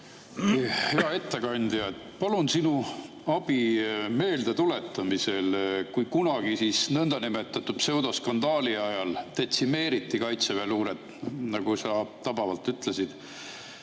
Hea ettekandja! Palun sinu abi meeldetuletamisel. Kui kunagi niinimetatud pseudoskandaali ajal detsimeeriti kaitseväeluuret, nagu sa tabavalt ütlesid,